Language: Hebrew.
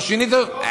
לא שיניתם?